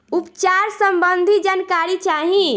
उपचार सबंधी जानकारी चाही?